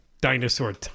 dinosaur